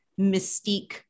mystique